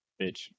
Bitch